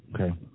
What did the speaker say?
Okay